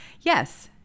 Yes